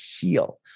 heal